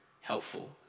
helpful